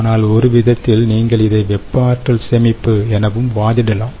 ஆனால் ஒருவிதத்தில் நீங்கள் இதை வெப்ப ஆற்றல் சேமிப்பு எனவும் வாதிடலாம்